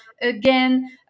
again